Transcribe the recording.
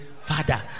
father